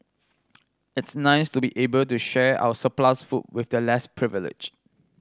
it's nice to be able to share our surplus food with the less privileged